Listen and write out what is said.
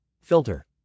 filter